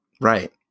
Right